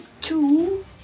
two